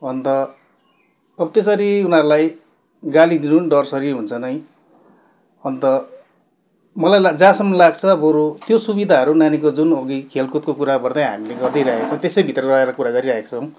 अन्त अब त्यसरी उनीहरूलाई गाली दिनु नि डरसरी हुन्छ नै अन्त मलाई जहाँसम्म लाग्छ बरू त्यो सुविधाहरू नानीको जुन अघि खेलकुदको कुरा गर्दै हामीले गरिदिइरहेछौँ त्यसैभित्र रहेर कुरा गरिरहेछौँ